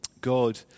God